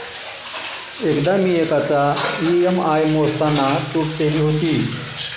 एकदा मी एकाचा ई.एम.आय मोजताना चूक केली होती